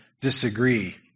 disagree